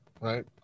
Right